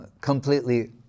completely